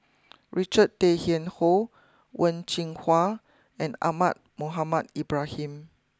Richard Tay Tian Hoe Wen Jinhua and Ahmad Mohamed Ibrahim